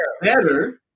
better